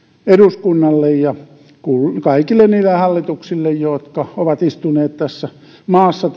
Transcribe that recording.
eduskunnalle ja kaikille niille hallituksille jotka ovat istuneet tässä maassa